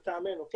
מטעמנו,